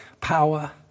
power